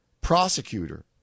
prosecutor